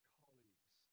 colleagues